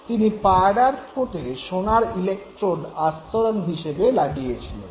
তিনি পায়রার ঠোঁটে সোনার ইলেক্ট্রোড আস্তরণ হিসেবে লাগিয়েছিলেন